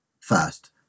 first